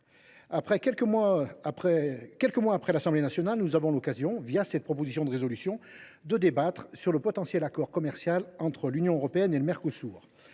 quelques mois après l’Assemblée nationale, nous avons l’occasion, cette proposition de résolution, de débattre du potentiel accord commercial entre l’Union européenne et le Mercosur.